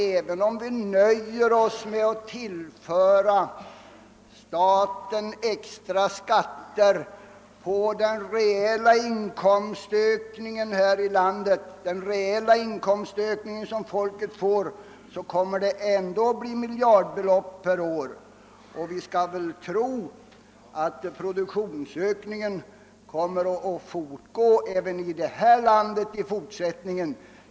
Även om vi nöjer oss med att tillföra staten extra skatter på den reella inkomstökning här i landet som folket får, har jag nog den tron att det ändå kommer att bli miljardbelopp per år. Vi skall väl tro att produktionsökningen kommer att bestå även i fortsättningen.